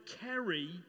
carry